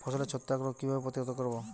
ফসলের ছত্রাক রোগ কিভাবে প্রতিহত করব?